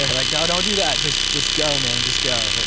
yeah like, no don't do that. just just go man, just go